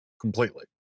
completely